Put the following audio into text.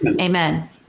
Amen